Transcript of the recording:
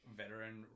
veteran